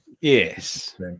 Yes